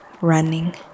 running